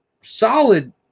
solid